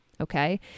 okay